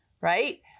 right